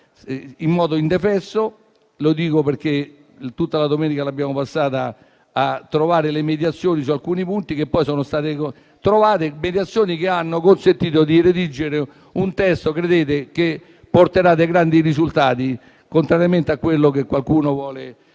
in modo indefesso: lo dico perché tutta la giornata di domenica l'abbiamo trascorsa a cercare delle mediazioni su alcuni punti che poi sono state trovate; tali mediazioni hanno consentito di redigere un testo che porterà dei grandi risultati, contrariamente a quello che qualcuno vuole